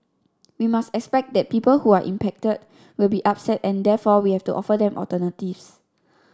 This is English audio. we must expect that people who are impacted will be upset and therefore we have to offer them alternatives